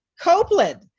copeland